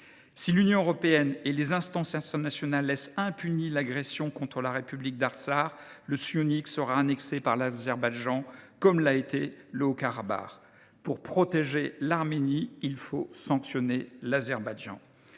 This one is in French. Si l’Union européenne et les instances internationales laissent impunie l’agression contre la République d’Artsakh, le Syunik sera annexé par l’Azerbaïdjan comme l’a été le Haut Karabagh. Pour protéger l’Arménie, il faut sanctionner l’Azerbaïdjan.